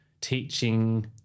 teaching